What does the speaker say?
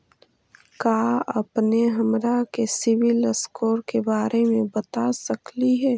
का अपने हमरा के सिबिल स्कोर के बारे मे बता सकली हे?